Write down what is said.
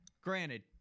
granted